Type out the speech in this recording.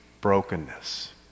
brokenness